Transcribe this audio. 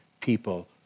people